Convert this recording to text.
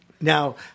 Now